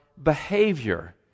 behavior